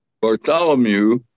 Bartholomew